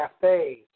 cafes